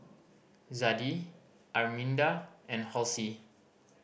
Zadie Arminda and Halsey